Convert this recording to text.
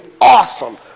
awesome